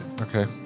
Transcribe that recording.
Okay